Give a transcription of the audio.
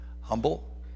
Humble